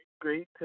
great